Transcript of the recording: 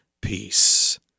peace